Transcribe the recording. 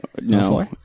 No